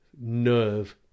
nerve